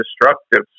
destructive